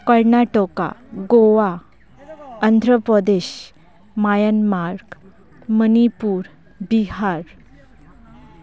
Karnataka Goa Andhra Pradesh Myanmar Manipur Bihar